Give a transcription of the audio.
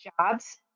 jobs